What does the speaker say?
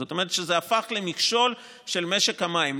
זאת אומרת שזה הפך למכשול למשק המים,